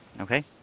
Okay